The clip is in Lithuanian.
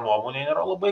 nuomonė yra labai